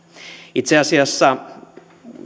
itse asiassa